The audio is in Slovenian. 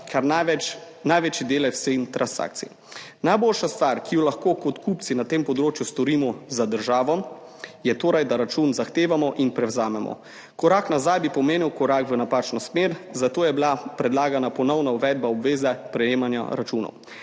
kar največji delež vseh transakcij. Najboljša stvar, ki jo lahko kot kupci na tem področju storimo za državo, je torej, da račun zahtevamo in prevzamemo. Korak nazaj bi pomenil korak v napačno smer, zato je bila predlagana ponovna uvedba obveze prejemanja računov.